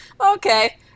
okay